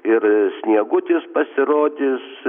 ir sniegutis pasirodys